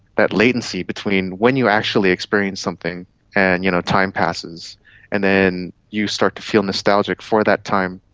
that latency between when you actually experienced something and you know time passes and then you start to feel nostalgic for that time,